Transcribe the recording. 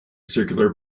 circular